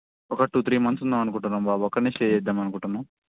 ఒక two three months ఉందామని అనుకుంటున్నాం బాబు అక్కడ స్టే చేద్దాం అనుకుంటున్నాం